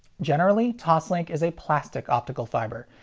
generally toslink is a plastic optical fiber.